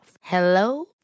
Hello